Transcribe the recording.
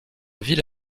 ville